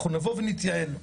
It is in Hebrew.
אנחנו נתייעל.